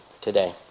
today